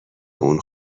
اون